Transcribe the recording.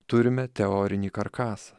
turime teorinį karkasą